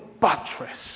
buttress